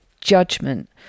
judgment